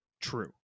true